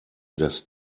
dass